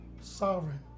Sovereign